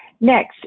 Next